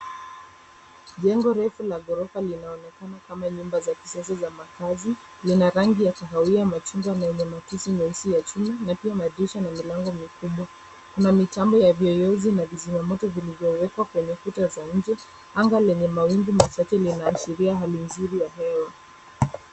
Jengo refu la ghorofa linaonekana kama nyumba za kisasa za makazi. Lina rangi ya kahawia machungwa na yenye matusi meusi ya chuma, na pia madirisha na milango mikubwa. Kuna mitambo ya viyeyozi na vizimamoto vilivyowekwa kwenye kuta za nje. Anga lenye mawingu machache linaashiria hali nzuri ya hewa.